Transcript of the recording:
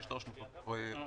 מ-300,000,